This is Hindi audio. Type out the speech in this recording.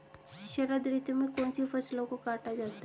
शरद ऋतु में कौन सी फसलों को काटा जाता है?